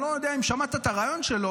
אני לא יודע אם שמעת את הריאיון שלו,